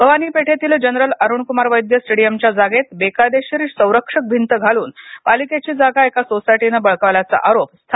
भवानी पेठेतील जनरल अरुणकुमार वैद्य स्टेडीयमच्या जागेत बेकायदेशीर संरक्षक भिंत घालून पालिकेची जागा एका सोसायटीने बळकावल्याचा आरोप स्थानिक नागरिकांनी केला आहे